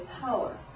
power